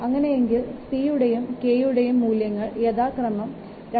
അങ്ങനെയെങ്കിൽ 'c' യുടെയും 'k' യുടെയും മൂല്യങ്ങൾ യഥാക്രമം 2